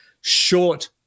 short